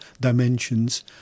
dimensions